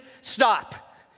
stop